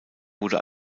wurde